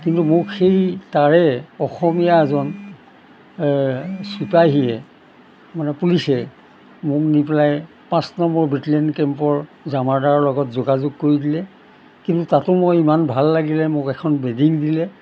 কিন্তু মোক সেই তাৰে অসমীয়া এজন চিপাহীয়ে মানে পুলিচে মোক নি পেলাই পাঁচ নম্বৰ বেটেলিয়ান কেম্পৰ জামাৰদাৰৰ লগত যোগাযোগ কৰি দিলে কিন্তু তাতো মই ইমান ভাল লাগিলে মোক এখন বেডিং দিলে